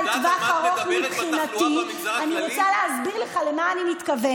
אני בשעתו עשיתי פרויקט להעסקת אנשים עם מוגבלות ברכבת ישראל.